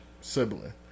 sibling